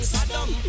Saddam